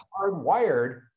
hardwired